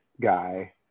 guy